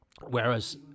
Whereas